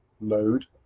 load